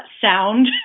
sound